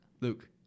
Luke